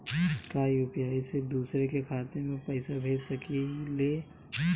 का यू.पी.आई से दूसरे के खाते में पैसा भेज सकी ले?